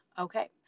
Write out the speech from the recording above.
Okay